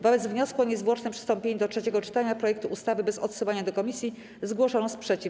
Wobec wniosku o niezwłoczne przystąpienie do trzeciego czytania projektu ustawy bez odsyłania do komisji zgłoszono sprzeciw.